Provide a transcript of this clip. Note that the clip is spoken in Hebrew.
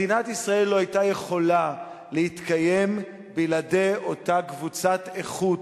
מדינת ישראל לא היתה יכולה להתקיים בלעדי אותה קבוצת איכות,